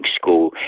school